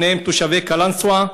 שניהם תושבי קלנסואה.